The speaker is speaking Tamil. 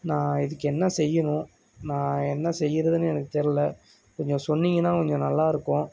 நான் இதுக்கு என்ன செய்யணும் நான் என்ன செய்கிறதுன்னு எனக்கு தெரியல கொஞ்சம் சொன்னீங்கன்னால் கொஞ்சம் நல்லா இருக்கும்